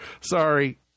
Sorry